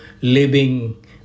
living